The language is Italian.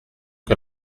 che